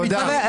תודה.